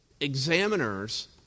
examiners